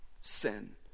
sin